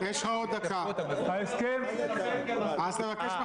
ובאמת החתונה בין